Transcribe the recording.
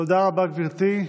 תודה רבה, גברתי.